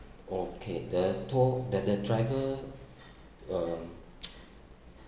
okay the tour that that driver um